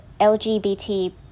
LGBT